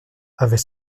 avait